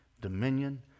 dominion